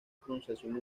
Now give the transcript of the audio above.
pronunciación